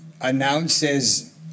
announces